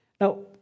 now